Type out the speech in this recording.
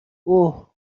اوه